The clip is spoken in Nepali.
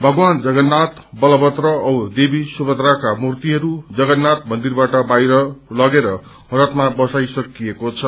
भगवान जगत्रनाथ बलभद्र औ देवी सुभद्राका मूर्तिहरू जगत्राय मन्दिरबाट बाहिर लगेर रथमा बसाई सकिएको छ